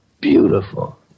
beautiful